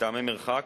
מטעמי מרחק,